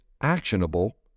actionable